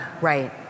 Right